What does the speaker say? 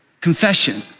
confession